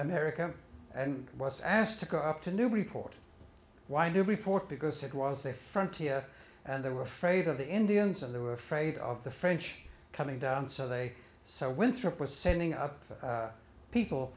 america and was asked to go up to new report why did report because it was a frontier and they were afraid of the indians and they were afraid of the french coming down so they saw winthrop was sending up people